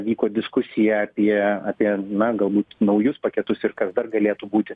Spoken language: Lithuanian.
vyko diskusija apie apie na galbūt naujus paketus ir kas dar galėtų būti